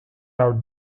out